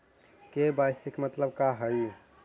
KYC के मतलब का हई?